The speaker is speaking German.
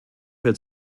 wird